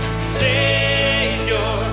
Savior